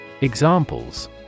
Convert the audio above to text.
examples